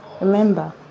remember